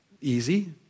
easy